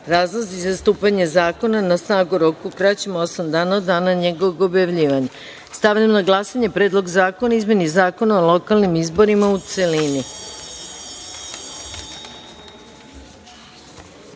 razlozi za stupanje zakona na snagu u roku kraćem od osam dana od dana njegovog objavljivanja. Stavljam na glasanje Predlog zakona o izmeni Zakona o lokalnim izborima, u